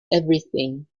everything